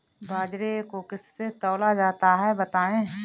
बाजरे को किससे तौला जाता है बताएँ?